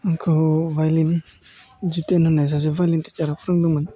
आंखौ भाय'लिन जिथेन होन्नाय सासे भाय'लिन थिसारा फोरोंदोंमोन